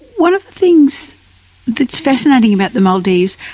one of the things that's fascinating about the maldives,